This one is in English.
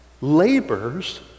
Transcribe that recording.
labors